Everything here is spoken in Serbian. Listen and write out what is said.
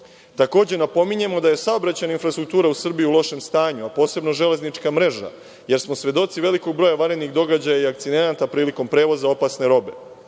Takođe, napominjemo da je saobraćajna infrastruktura u Srbiji u lošem stanju, a posebno železnička mreža, jer smo svedoci velikog broja vanrednih događaja i akcidenata priliko prevoza opasne robe.